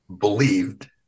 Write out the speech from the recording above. believed